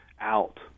Out